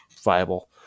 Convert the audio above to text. viable